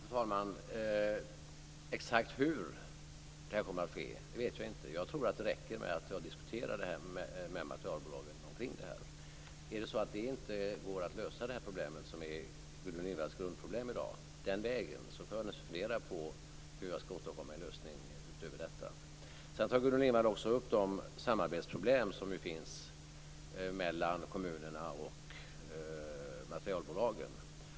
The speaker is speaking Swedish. Fru talman! Jag vet inte exakt hur det här kommer att se ut. Jag tror att det räcker med att jag diskuterar med materialbolagen omkring det här. Om det inte går att lösa Gudrun Lindvalls grundproblem den vägen får jag naturligtvis fundera över hur jag skall åstadkomma en lösning. Gudrun Lindvall tar upp de samarbetsproblem som finns mellan kommunerna och materialbolagen.